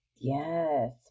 Yes